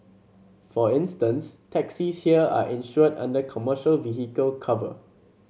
for instance taxis here are insured under commercial vehicle cover